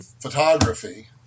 photography